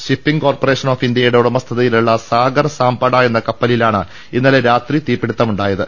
shipping corporation of ഇന്ത്യയുടെ ഉടമസ്ഥത യിലുള്ള സാഗർ സാംപട എന്ന കപ്പലിലാണ് ഇന്നല്ല് രാത്രി തീപിടുത്ത മുണ്ടായത്